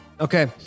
Okay